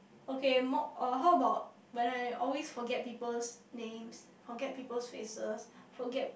okay mock or how about when I always forget people's names forget people's faces forget